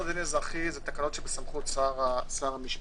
הדין האזרחי הן תקנות שבסמכות שר המשפטים.